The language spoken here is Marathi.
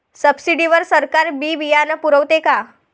सब्सिडी वर सरकार बी बियानं पुरवते का?